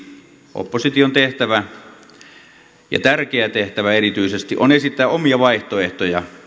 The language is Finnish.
opposition tehtävä ja tärkeä tehtävä erityisesti on esittää omia vaihtoehtoja